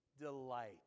delight